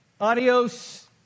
Adios